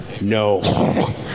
No